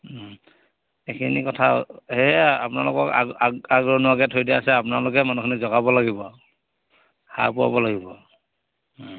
এইখিনি কথা সেয়া আপোনালোকক আগৰণোৱাকে থৈ দিয় আছে আপোনালোকে মানুহখিনিক জগাব লাগিব সাৰ পোৱাব লাগিব